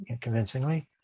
convincingly